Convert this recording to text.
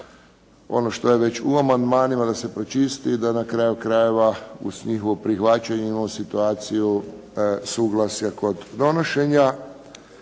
ono što je već u amandmanima da se pročisti i da na kraju krajeva u prihvaćanju imamo situaciju suglasja kod donošenja.